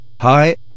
Hi